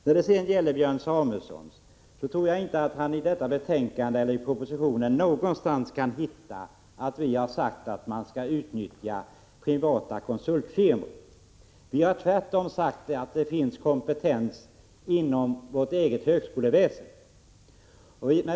Jag tror inte att Björn Samuelson någonstans i betänkandet eller i propositionen kan finna att vi har sagt att man skall utnyttja privata konsultfirmor. Vi har tvärtom framhållit att det finns kompetens inom vårt eget högskoleväsen.